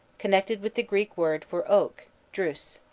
connected with the greek word for oak, drus,